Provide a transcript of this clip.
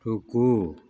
रूकु